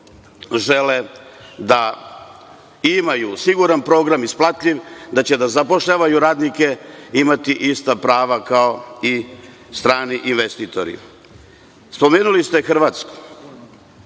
žele da imaju siguran program isplatljiv, da će da zapošljavaju radnike, imati ista prava kao i strani investitori. Spomenuli ste Hrvatsku.